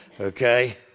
okay